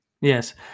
Yes